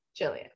Jillian